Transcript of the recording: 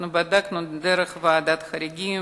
אנחנו בדקנו דרך ועדת חריגים.